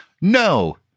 No